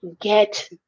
get